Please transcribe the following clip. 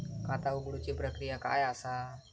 खाता उघडुची प्रक्रिया काय असा?